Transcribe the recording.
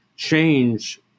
change